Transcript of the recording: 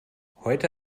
heute